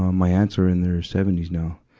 um my aunts are in their seventy s now.